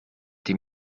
die